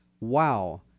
Wow